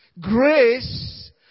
Grace